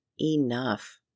enough